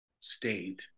state